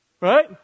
right